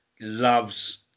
loves